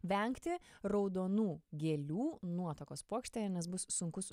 vengti raudonų gėlių nuotakos puokštėje nes bus sunkus